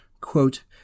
quote